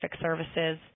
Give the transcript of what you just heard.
services